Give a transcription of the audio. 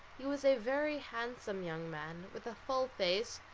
he was a very handsome young man, with a full face,